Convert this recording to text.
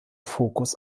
focus